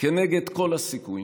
כנגד כל הסיכויים,